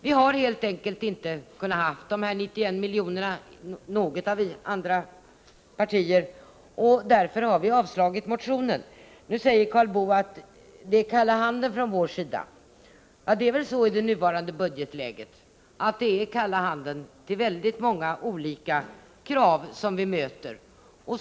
Vi har helt enkelt inte i något av de andra partierna funnit möjligheter att ta fram de här 91 miljonerna, och därför har vi avstyrkt motionen. Nu säger Karl Boo att det är kalla handen från vår sida. Ja, det är väl så i nuvarande budgetläge, att det är kalla handen till väldigt många olika krav som vi möter.